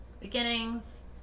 beginnings